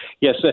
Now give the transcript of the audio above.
yes